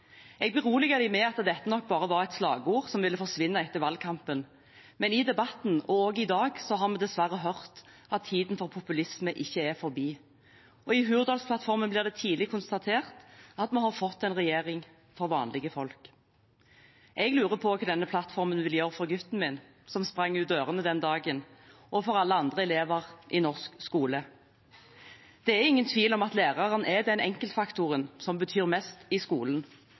Jeg beroliget dem med at dette nok bare var et slagord som ville forsvinne etter valgkampen. Men i debatten, og også i dag, har vi dessverre hørt at tiden for populisme ikke er forbi, og i Hurdalsplattformen blir det tidlig konstatert at vi har fått en regjering for vanlige folk. Jeg lurer på hva denne plattformen vil gjøre for gutten min som sprang ut dørene den dagen, og for alle andre elever i norsk skole. Det er ingen tvil om at læreren er den enkeltfaktoren som betyr mest i skolen.